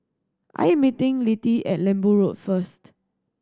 I am meeting Littie at Lembu Road first